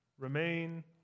Remain